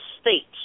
states